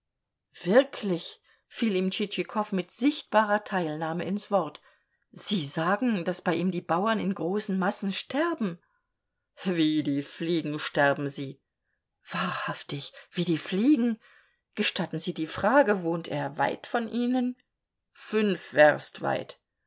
wirklich fiel ihm tschitschikow mit sichtbarer teilnahme ins wort sie sagen daß bei ihm die bauern in großen massen sterben wie die fliegen sterben sie wahrhaftig wie die fliegen gestatten sie die frage wohnt er weit von ihnen fünf werst weit